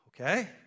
Okay